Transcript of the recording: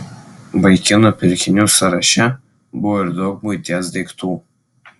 vaikinų pirkinių sąraše buvo ir daug buities daiktų